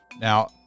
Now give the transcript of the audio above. Now